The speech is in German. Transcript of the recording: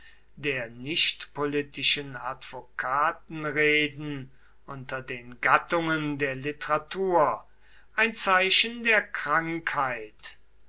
der nichtpolitischen advokatenreden unter den gattungen der literatur ein zeichen der krankheit